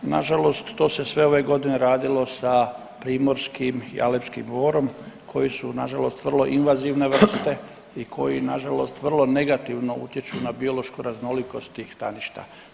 Na žalost to se sve ove godine radilo sa primorskim i alepskim borom koji su na žalost vrlo invazivne vrste i koji na žalost vrlo negativno utječu na biološku raznolikost tih staništa.